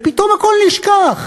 ופתאום הכול נשכח.